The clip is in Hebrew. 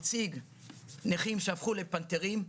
נציג "נכים שהפכו לפנתרים",